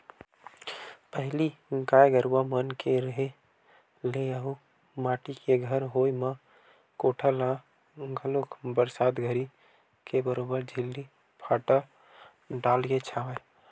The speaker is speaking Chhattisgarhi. पहिली गाय गरुवा मन के रेहे ले अउ माटी के घर होय म कोठा ल घलोक बरसात घरी के बरोबर छिल्ली फाटा डालके छावय